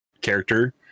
character